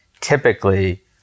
typically